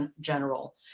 general